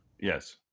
Yes